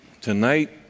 Tonight